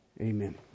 Amen